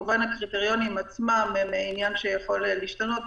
כמובן שהקריטריונים עצמם הם עניין שיכול להשתנות,